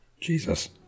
Jesus